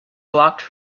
blocked